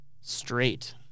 straight